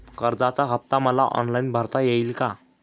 कर्जाचा हफ्ता मला ऑनलाईन भरता येईल का?